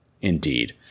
Indeed